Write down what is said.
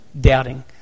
Doubting